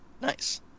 nice